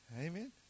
Amen